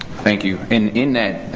thank you. and, in that,